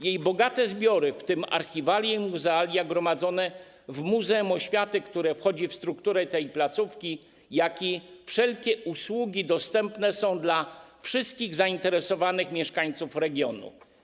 Jej bogate zbiory, w tym archiwalia i muzealia gromadzone w Muzeum Oświaty, które wchodzi w strukturę tej placówki, jak i wszelkie usługi dostępne są dla wszystkich zainteresowanych mieszkańców regionu.